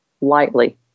lightly